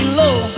low